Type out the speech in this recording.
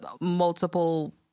multiple